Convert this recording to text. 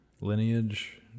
lineage